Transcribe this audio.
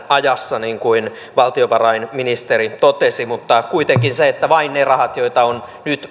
ajassa niin kuin valtiovarainministeri totesi mutta kuitenkin vain ne rahat joita on nyt